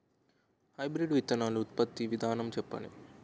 Hybrid విత్తనాలు ఉత్పత్తి విధానం చెప్పండి?